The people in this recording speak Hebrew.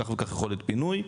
כך וכך יכולת פינוי.